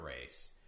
race